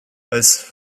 als